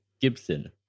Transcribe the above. Gibson